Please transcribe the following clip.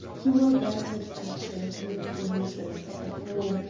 he will then take action through the police in proper form,